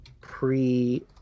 pre